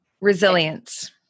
Resilience